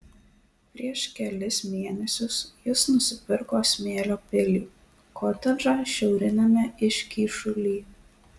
prieš kelis mėnesius jis nusipirko smėlio pilį kotedžą šiauriniame iškyšuly